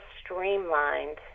streamlined